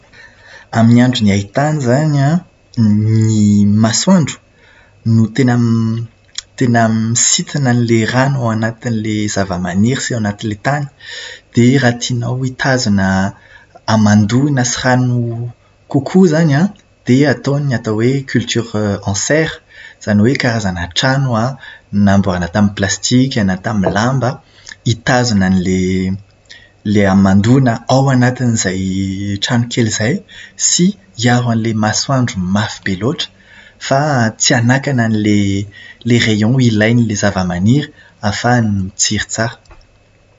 Amin'ny andron'ny haintany izany an, ny masoandro no tena m- tena misintona an'ilay rano ao anatin'ilay zava-maniry sy ao anatin'ilay tany. Dia raha tianao hitazona hamandoana sy rano kokoa izany an, dia atao ny atao hoe "culture en serre", izany hoe karazana trano namboarina tamin'ny plastika na tamin'ny lamba, mitazona an'ilay hamandoana ao anatin'izay tranokely izay, sy hiaro amin'ilay masoandro mafy be loatra. Fa tsy hanakana ilay "rayon" ilain'ilay zava-maniry ahafahan'ny mitsiry tsara.